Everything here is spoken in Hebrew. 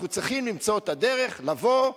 אנחנו צריכים למצוא את הדרך: לבוא,